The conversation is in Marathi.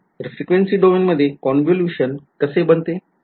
तर frequency डोमेन मध्ये कॉनव्होल्यूशन कसे बनते